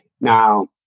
Now